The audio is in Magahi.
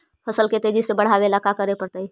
फसल के तेजी से बढ़ावेला का करे पड़तई?